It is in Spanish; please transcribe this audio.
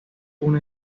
una